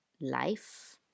Life